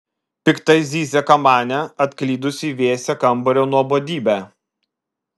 piktai zyzia kamanė atklydusi į vėsią kambario nuobodybę